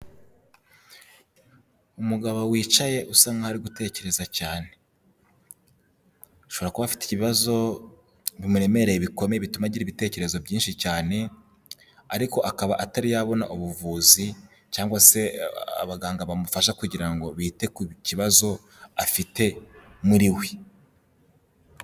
Umugabo wicaye usa nk'ahoari gutekereza cyane, ashobora kuba afite ikibazo bimuremereye bikomeye bituma agira ibitekerezo byinshi cyane, ariko akaba atari yabona ubuvuzi cyangwa se abaganga bamufasha kugira ngo bite ku kibazo afite muri we.